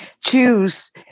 choose